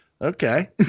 Okay